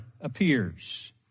appears